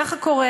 ככה קרה